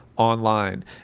Online